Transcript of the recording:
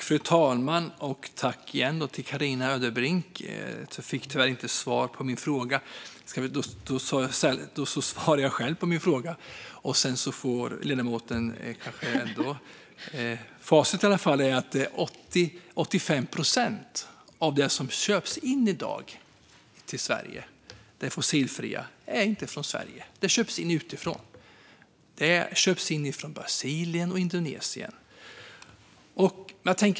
Fru talman! Jag fick tyvärr inte svar på min fråga. Då svarar jag själv på den, så att ledamoten får veta. I varje fall är facit: 80-85 procent av det fossilfria som i dag köps in till Sverige är inte från Sverige utan köps in utifrån. Det köps in från Brasilien och Indonesien.